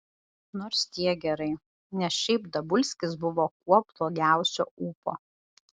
nors tiek gerai nes šiaip dabulskis buvo kuo blogiausio ūpo